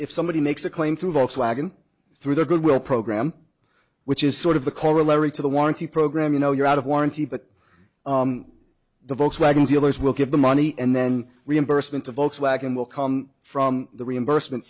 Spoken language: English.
if somebody makes a claim through volkswagen through the goodwill program which is sort of the corollary to the warranty program you know you're out of warranty but the volkswagen dealers will give the money and then reimbursement a volkswagen will come from the reimbursement